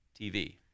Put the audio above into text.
TV